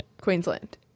Queensland